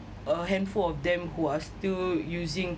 a handful of them who are still using